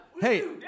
Hey